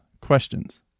questions